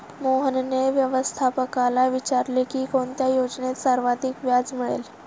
मोहनने व्यवस्थापकाला विचारले की कोणत्या योजनेत सर्वाधिक व्याज मिळेल?